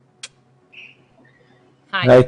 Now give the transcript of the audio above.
היי.